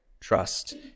trust